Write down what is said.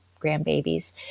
grandbabies